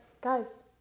guys